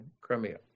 Crimea